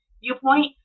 viewpoint